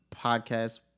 podcast